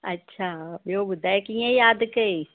अच्छा ॿियो ॿुधाए कीअं यादि कयई